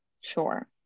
sure